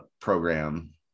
program